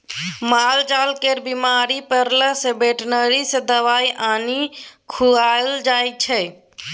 मालजाल केर बीमार परला सँ बेटनरी सँ दबाइ आनि खुआएल जाइ छै